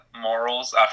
morals